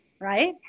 right